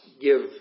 give